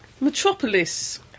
Metropolis